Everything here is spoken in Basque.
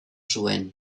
zuen